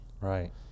Right